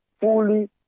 fully